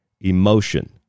Emotion